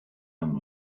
amb